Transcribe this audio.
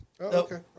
okay